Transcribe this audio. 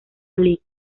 league